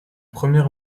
premier